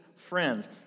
Friends